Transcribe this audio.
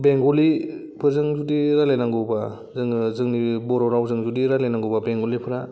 बेंगलिफोरजों जुदि रायलायनांगौबा जोङो जोंनि बर' रावजों जुदि रायलायनांगौ बेंगलिफोरा